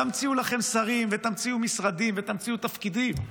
תמציאו לכם שרים ותמציאו משרדים ותמציאו תפקידים,